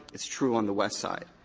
it's true on the west side.